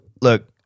Look